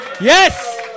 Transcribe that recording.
Yes